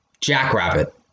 Jackrabbit